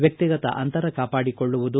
ವ್ಯಕ್ತಿಗತ ಅಂತರ ಕಾಪಾಡಿಕೊಳ್ಳುವುದು